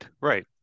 right